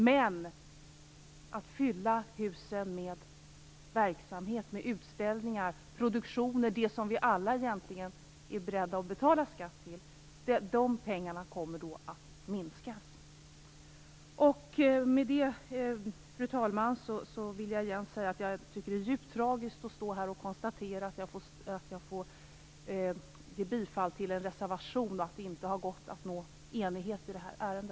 Men pengarna för att fylla huset med verksamhet, utställningar, produktioner och allt det som vi alla egentligen är beredda att betala skatt till, kommer att minska. Med det, fru talman, vill jag återigen säga att jag tycker att det är djupt tragiskt att stå här och konstatera att jag får yrka bifall till en reservation och att det inte har gått att nå enighet i detta ärende.